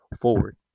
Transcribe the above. forward